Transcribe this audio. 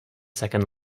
second